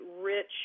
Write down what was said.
rich